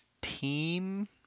team